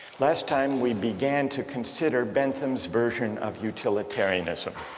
last time we began to consider bentham's version of utilitarianism